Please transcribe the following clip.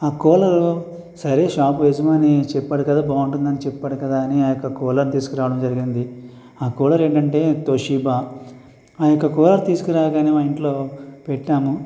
ఆ కూలర్ సరే షాప్ యజమాని చెప్పాడు కదా బాగుంటుందని చెప్పాడు కదా ఆ యొక్క కూలర్ తీసుకురావడం జరిగింది ఆ కూలర్ ఏంటంటే టొషీబా ఆ యొక్క కూలర్ తీసుకురాగానే మా ఇంట్లో పెట్టాము